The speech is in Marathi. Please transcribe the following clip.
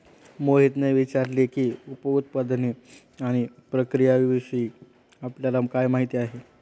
मोहितने विचारले की, उप उत्पादने आणि प्रक्रियाविषयी आपल्याला काय माहिती आहे?